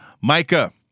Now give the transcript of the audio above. Micah